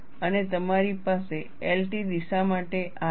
અને તમારી પાસે LT દિશા માટે આ છે